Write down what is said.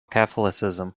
catholicism